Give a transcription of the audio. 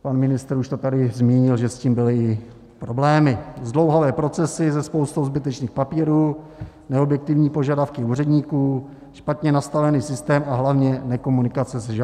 Pan ministr už tady zmínil, že s tím byly problémy, zdlouhavé procesy se spoustou zbytečných papírů, neobjektivní požadavky úředníků, špatně nastavený systém a hlavně nekomunikace se žadateli.